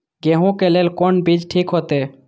गेहूं के लेल कोन बीज ठीक होते?